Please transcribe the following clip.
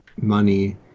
Money